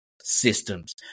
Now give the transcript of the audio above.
systems